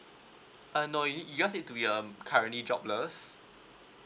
err no you yours need to be um currently jobless